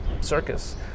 circus